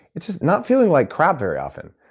it's just not feeling like crap very often.